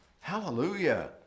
Hallelujah